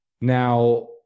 Now